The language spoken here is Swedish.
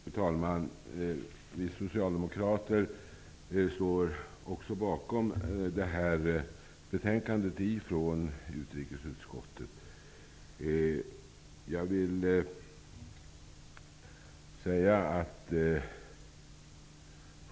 Fru talman! Vi socialdemokrater står också bakom hemställan i utrikesutskottets betänkande.